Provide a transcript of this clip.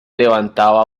levantaba